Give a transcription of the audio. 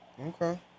Okay